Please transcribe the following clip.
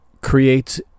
creates